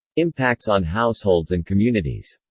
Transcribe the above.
impacts on households and communities